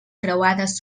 creuades